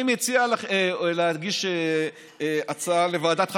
להגיש הצעה לוועדת חקירה.